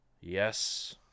Yes